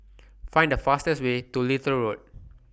Find The fastest Way to Little Road